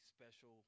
special